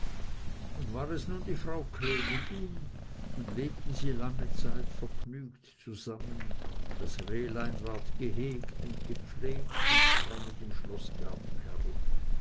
und war es nun die frau königin und lebten sie lange zeit vergnügt zusammen das rehlein ward gehegt und gepflegt und sprang in dem schloßgarten herum